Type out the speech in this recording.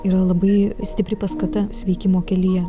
yra labai stipri paskata sveikimo kelyje